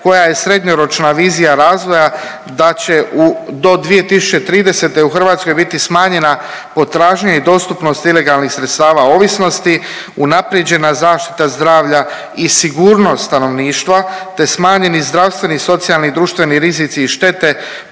koja je srednjoročna vizija razvoja da će u do 2030. u Hrvatskoj biti smanjena potražnja i dostupnost ilegalnih sredstava ovisnosti, unaprijeđena zaštita zdravlja i sigurnost stanovništva te smanjeni zdravstveni i socijalni i društveni rizici i štete